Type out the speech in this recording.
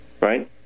Right